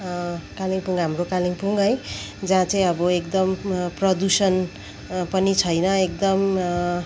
कालिम्पोङ हाम्रो कालिम्पोङ है जहाँ चाहिँ अब एकदम प्रदूषण पनि छैन एकदम